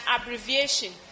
abbreviation